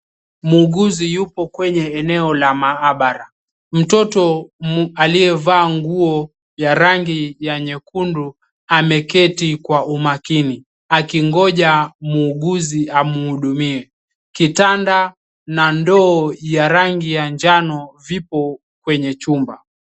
Muuguzi yupo kwenye eneo la maabara, mtoto aliyevaa nguo ya rangi ya nyekundu ameketi kwa umakini, akingoja muuguzi amhudumie kitanda na ndoo ya rangi ya njano vipo kwenye chumba.